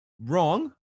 wrong